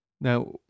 Now